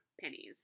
pennies